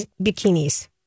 Bikinis